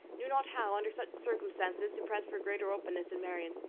knew not how, under such circumstances, to press for greater openness in marianne.